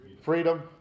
freedom